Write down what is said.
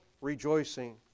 rejoicing